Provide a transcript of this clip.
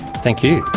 thank you.